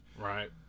right